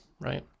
right